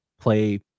play